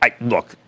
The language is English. Look